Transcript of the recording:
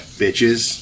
bitches